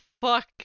fuck